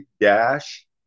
dash